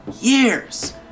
years